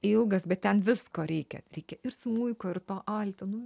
ilgas bet ten visko reikia reikia ir smuiko ir to alto nu